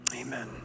Amen